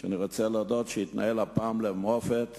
אני רוצה להודות שזה התנהל הפעם למופת,